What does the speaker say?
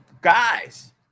guys